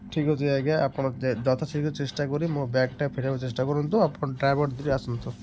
ଠିକ୍ ଅଛି ଆଜ୍ଞା ଆପଣ ଯଥା ଶୀଘ୍ର ଚେଷ୍ଟା କରି ମୋ ବ୍ୟାଗ୍ଟା ଫେରାଇବାକୁ ଚେଷ୍ଟା କରନ୍ତୁ ଆପଣ ଡ୍ରାଇଭର୍ ଧିରେ ଆସନ୍ତୁ